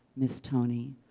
miss tony,